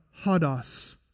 Hadas